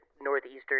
Northeastern